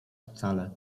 wcale